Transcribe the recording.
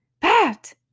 Pat